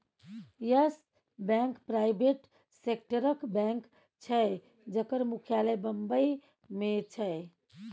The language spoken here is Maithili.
यस बैंक प्राइबेट सेक्टरक बैंक छै जकर मुख्यालय बंबई मे छै